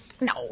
No